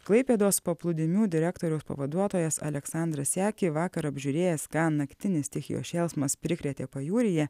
klaipėdos paplūdimių direktoriaus pavaduotojas aleksandras siaki vakar apžiūrėjęs ką naktinis stichijos šėlsmas prikrėtė pajūryje